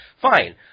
Fine